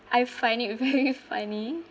I find it very funny